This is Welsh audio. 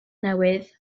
newydd